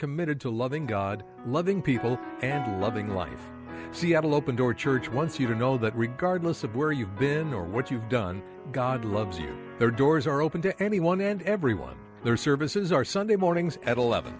committed to loving god loving people and loving life so you have an open door church once you know that regardless of where you've been or what you've done god loves you there doors are open to anyone and everyone their services are sunday mornings at eleven